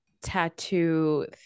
tattoo